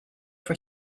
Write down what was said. for